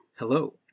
Hello